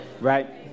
right